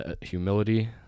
humility